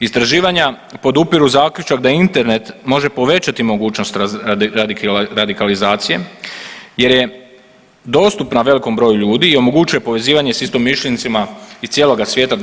Istraživanja podupiru zaključak da Internet može povećati mogućnost radikalizacije jer je dostupna velikom broju ljudi i omogućuje povezivanje s istomišljenicima iz cijeloga svijeta 24 sata na dan.